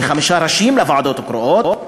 וחמישה ראשים לוועדות הקרואות,